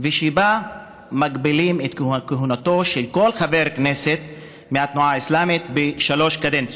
שבה מגבילים את כהונתו של כל חבר כנסת מהתנועה האסלאמית לשלוש קדנציות.